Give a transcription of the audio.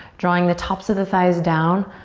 drawing the tops of the thighs down,